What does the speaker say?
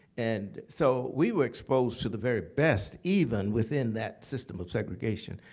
and so we were exposed to the very best even within that system of segregation.